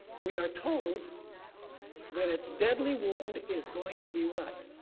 we are told that it's deadly wound is going to be what?